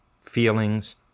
feelings